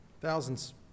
thousands